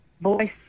voice